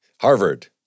Harvard